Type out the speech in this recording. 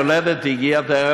יולדת הגיעה,